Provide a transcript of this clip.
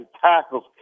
tackles